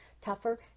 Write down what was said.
tougher